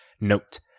Note